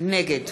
נגד